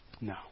no